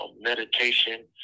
meditation